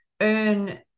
earn